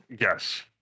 Yes